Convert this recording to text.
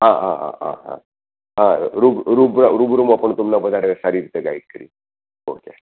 હા હા હા હા હા હા અ રૂબ રૂબ રૂબરુમાં પણ તમને વધારે સારી રીતે ગાઈડ કરીશ ઓકે